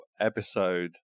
episode